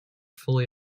fully